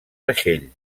vaixell